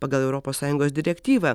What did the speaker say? pagal europos sąjungos direktyvą